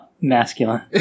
masculine